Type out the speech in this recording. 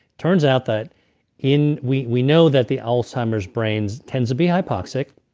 turns out that in. we we know that the alzheimer's brain tends to be hypoxic.